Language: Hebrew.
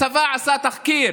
הצבא עשה תחקיר.